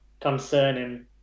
concerning